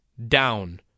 Down